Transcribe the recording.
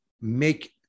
make